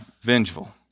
vengeful